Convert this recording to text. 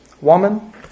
Woman